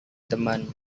teman